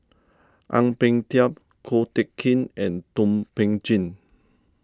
Ang Peng Tiam Ko Teck Kin and Thum Ping Tjin